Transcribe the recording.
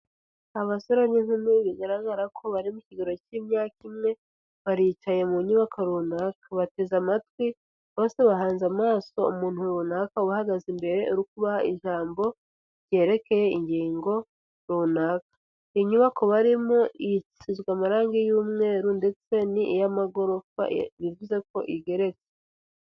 Abasore n'inkumi bigaragara ko bari mu kigero k'imyaka imwe, baricaye mu nyubako runaka, bateze amatwi bose bahanze amaso umuntu runaka uhagaze imbere uri uku ijambo, ryerekeye ingingo runaka, inyubako barimo isizwe amarangi y'umweru ndetse ni iy'amagorofa bivuze ko igeretse.